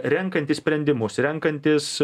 renkantis sprendimus renkantis